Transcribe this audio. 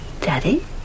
Daddy